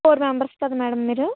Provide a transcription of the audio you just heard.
four members కదా madam మీరు